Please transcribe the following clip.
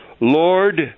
Lord